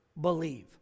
believe